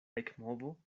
ekmovo